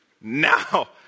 Now